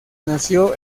nació